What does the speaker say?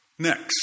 Next